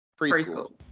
Preschool